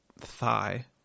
thigh